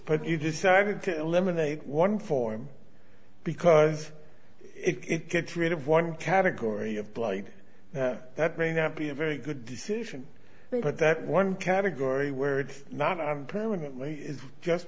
but you decided to eliminate one form because it gets rid of one category of blight that may not be a very good decision but that one category where it's not permanently is just